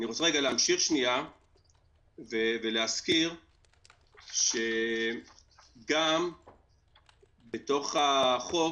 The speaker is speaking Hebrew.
אני רוצה להמשיך ולהזכיר שגם בתוך החוק